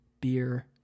beer